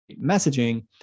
messaging